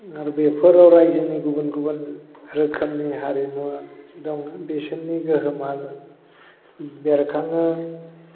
आरो बेफोराव रायजोनि गुबुन गुबुन रोखोमनि हारिमुवा दं बिसोरनि गोहोमा बेरखाङो